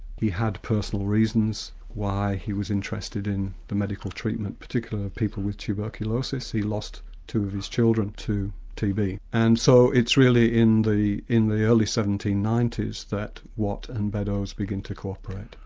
he had personal reasons why he was interested in the medical treatment, particularly people with tuberculosis he lost two of his children to tb. and so it's really in the in the early seventeen ninety s that watt and beddoes begin to co-operate.